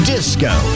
Disco